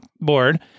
board